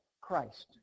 Christ